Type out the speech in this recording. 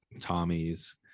tommy's